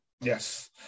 Yes